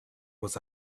was